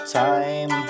time